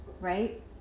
Right